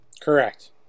Correct